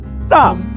Stop